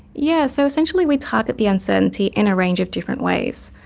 yeah so essentially we target the uncertainty in a range of different ways,